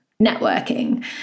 networking